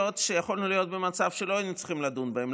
יכולנו להיות במצב שלא היינו צריכים לדון בהם.